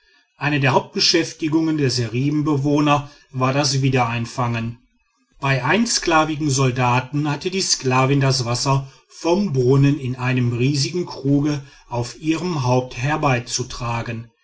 eine der hauptbeschäftigungen der seribenbewohner war das wiedereinfangen bei einsklavigen soldaten hatte die sklavin das wasser vom brunnen in einem riesigen kruge auf ihrem haupt